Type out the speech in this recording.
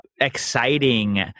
exciting